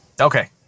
Okay